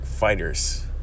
fighters